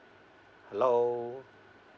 hello